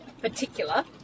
particular